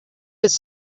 his